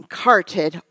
carted